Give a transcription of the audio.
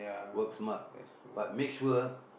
work smart but make sure